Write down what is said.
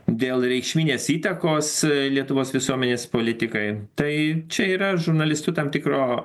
dėl reikšminės įtakos lietuvos visuomenės politikai tai čia yra žurnalistų tam tikro